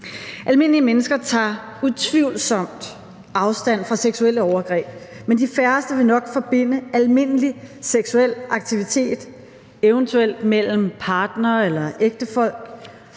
Almindelige mennesker tager utvivlsomt afstand fra seksuelle overgreb, men de færreste vil nok forbinde almindelig seksuel aktivitet, eventuelt mellem partnere eller ægtefolk,